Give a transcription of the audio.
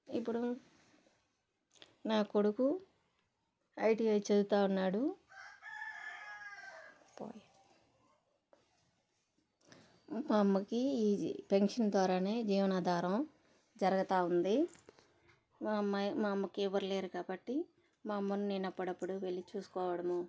ఇప్పుడు నా కొడుకు ఐటిఐ చదువుతున్నాడు మా అమ్మకి పెన్షన్ ద్వారానే జీవన ఆధారం జరగుతూ ఉంది మాయమ్మ మా అమ్మకి ఎవరూ లేరు కాబట్టి మా అమ్మని నేను అప్పుడప్పుడు వెళ్ళి చూసుకోవడము